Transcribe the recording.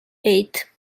eight